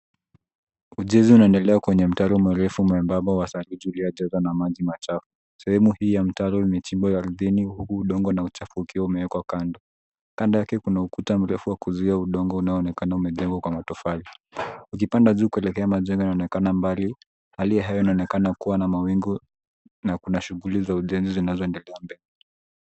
Ujenzi unaendelea kwenye mtaro mrefu mwembamba wa saruji uliojazwa na maji machafu. Sehemu hii ya mtaro imechimbwa ardhini huku udongo na uchafu ukiwa umewekwa kando. Kando yake kuna ukuta mrefu wa kuzuia udongo unaonekana umejengwa kwa matofali. Ukipanda juu kuelekea majengo inaonekana mbali hali ya hewa inaonekana kuwa na mawingu na kuna shughuli za ujenzi zinazoendelea mbele.